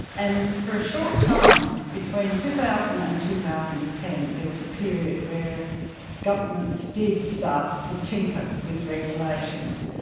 and for a short time, between two thousand and two thousand and ten there was a period where governments did start to tinker with regulations.